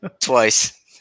twice